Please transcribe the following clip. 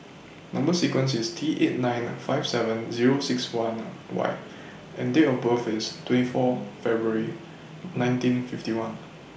Number sequence IS T eight nine five seven Zero six one Y and Date of birth IS twenty four February nineteen fifty one